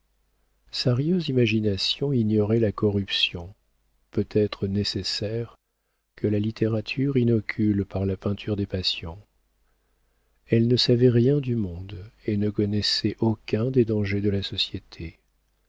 sa rieuse imagination ignorait la corruption peut-être nécessaire que la littérature inocule par la peinture des passions elle ne savait rien du monde et ne connaissait aucun des dangers de la société